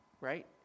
right